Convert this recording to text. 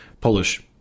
Polish